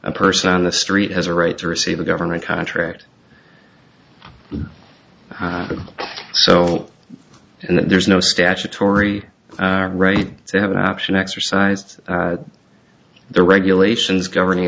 a person on the street has a right to receive a government contract so there's no statutory right to have an option exercised the regulations governing